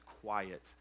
quiet